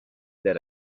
that